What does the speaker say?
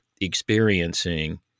experiencing